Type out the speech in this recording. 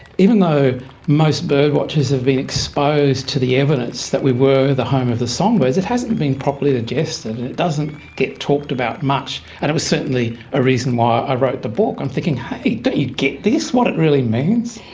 even though most birdwatchers have been exposed to the evidence that we were the home of the songbirds, it hasn't been properly digested and doesn't get talked about much, and it was certainly a reason why i wrote the book. i'm thinking, hey, don't you get this, what it really means?